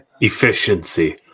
Efficiency